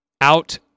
out